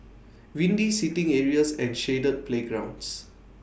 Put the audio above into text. windy seating areas and shaded playgrounds